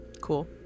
Cool